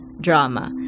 drama